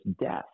death